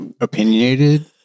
opinionated